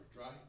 right